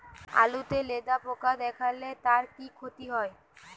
আলুতে লেদা পোকা দেখালে তার কি ক্ষতি হয়?